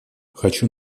хочу